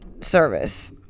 service